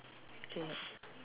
okay